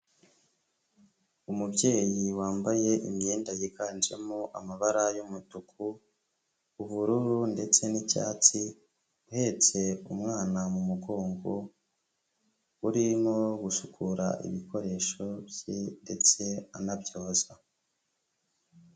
Umubyeyi wambaye imyenda yiganjemo amabara y'umutuku, ubururu ndetse n'icyatsi uhetse umwana mu mugongo, urimo gusukura ibikoresho bye ndetse anabyoza.